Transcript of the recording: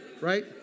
Right